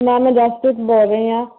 ma'am ਮੈਂ ਜਸਪ੍ਰੀਤ ਬੋਲ ਰਹੀ ਹਾਂ